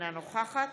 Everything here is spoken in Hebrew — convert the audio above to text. אינה נוכחת